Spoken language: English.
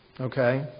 Okay